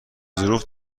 ظروف